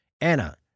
Anna